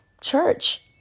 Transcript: Church